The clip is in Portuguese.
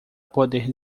poder